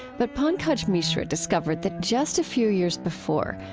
but pankaj mishra discovered that just a few years before,